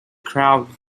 crowd